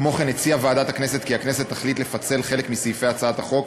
כמו כן הציעה ועדת הכנסת כי הכנסת תחליט לפצל חלק מסעיפי הצעת החוק,